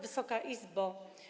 Wysoka Izbo!